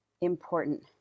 important